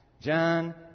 John